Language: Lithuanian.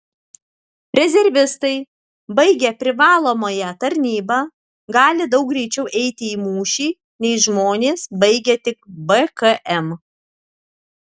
rezervistai baigę privalomąją tarnybą gali daug greičiau eiti į mūšį nei žmonės baigę tik bkm